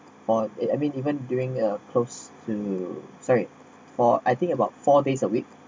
for it I mean even during a close to sorry for I think about four days a week